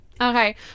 okay